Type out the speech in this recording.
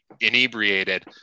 inebriated